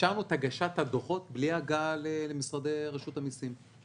אפשרנו את הגשת הדוחות בלי הגעה למשרדי רשות המסים.